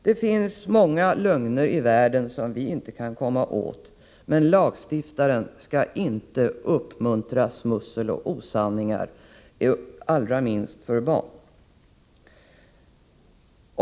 Det finns många lögner i världen som vi inte kan komma åt, men lagstiftaren skall inte uppmuntra smussel och osanningar, allra minst gentemot barn.